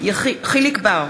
יחיאל חיליק בר,